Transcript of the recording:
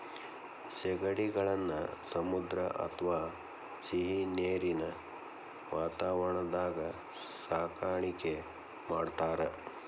ಸೇಗಡಿಗಳನ್ನ ಸಮುದ್ರ ಅತ್ವಾ ಸಿಹಿನೇರಿನ ವಾತಾವರಣದಾಗ ಸಾಕಾಣಿಕೆ ಮಾಡ್ತಾರ